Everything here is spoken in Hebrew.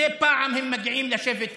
מדי פעם הם מגיעים לשבת כאן.